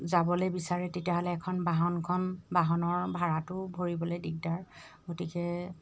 যাবলৈ বিচাৰে তেতিয়াহ'লে এখন বাহনখন বাহনৰ ভাড়াটোও ভৰিবলৈ দিগদাৰ গতিকে